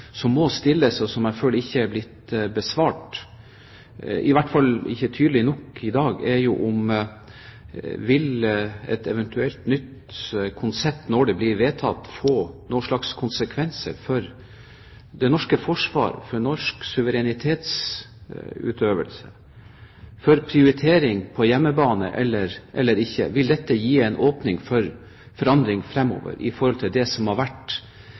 blitt besvart – iallfall ikke tydelig nok i dag – er jo om et eventuelt nytt konsept, når det blir vedtatt, vil få noen konsekvenser for det norske forsvar, for norsk suverenitetsutøvelse, for prioritering på hjemmebane. Vil dette gi en åpning for forandring fremover i forhold til det som har vært? Det har gjennomgående vært en situasjon med 60 års stabilitet, fred og frihet gjennom og via NATO – i det som har vært